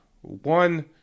one